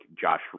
Josh